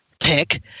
pick